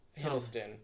Hiddleston